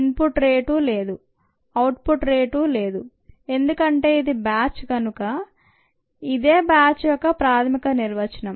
in put rate లేదు output rate లేదు ఎందుకంటే ఇది బ్యాచ్ కనుక ఇదే బ్యాచ్ యొక్క ప్రాథమిక నిర్వచనం